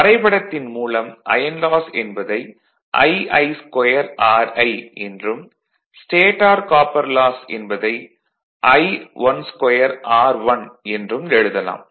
வரைபடத்தின் மூலம் iron loss என்பதை Ii2Ri என்றும் ஸ்டேடார் காப்பர் லாஸ் என்பதை I12r1 என்றும் எழுதலாம்